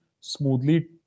smoothly